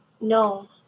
No